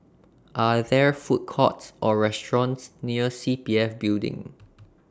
Are There Food Courts Or restaurants near C P F Building